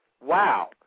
Wow